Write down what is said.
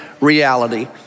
reality